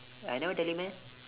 I never tell you meh